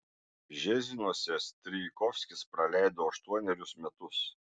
bžezinuose strijkovskis praleido aštuonerius metus